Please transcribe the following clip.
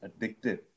addictive